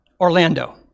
Orlando